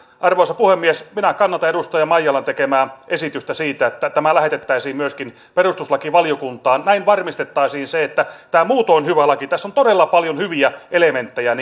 arvoisa puhemies minä kannatan edustaja maijalan tekemää esitystä siitä että tämä lähetettäisiin myöskin perustuslakivaliokuntaan näin varmistettaisiin se kun tämä on muutoin hyvä laki tässä on todella paljon hyviä elementtejä